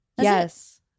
Yes